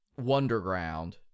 wonderground